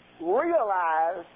realize